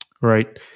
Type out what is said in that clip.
Right